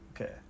Okay